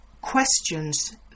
questions